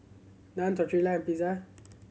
Naan Tortilla and Pizza